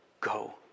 go